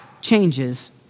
changes